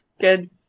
Good